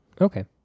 okay